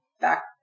back